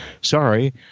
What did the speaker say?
sorry